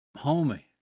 homie